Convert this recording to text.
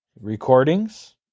recordings